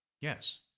Yes